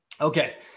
Okay